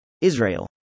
Israel